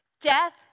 Death